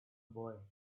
boy